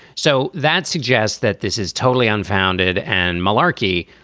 so that suggests that this is totally unfounded and malarkey,